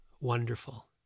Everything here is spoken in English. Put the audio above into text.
Wonderful